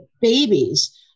babies